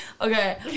Okay